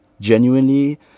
genuinely